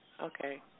okay